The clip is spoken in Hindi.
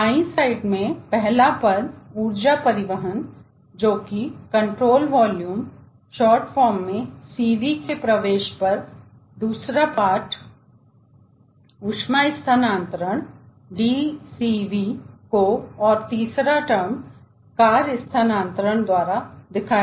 दाई साइड में पहला पद ऊर्जा परिवहन जोकि control volume short form CV के प्रवेश पर दूसरा पाठ ऊष्मा स्थानांतरण DCV को और तीसरा टर्म कार्य स्थानांतरण सीवी द्वारा